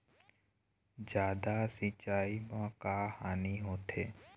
जादा सिचाई म का हानी होथे?